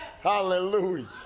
Hallelujah